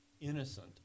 innocent